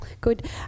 Good